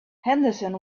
henderson